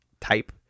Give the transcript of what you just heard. type